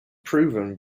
proven